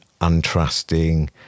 untrusting